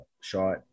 shot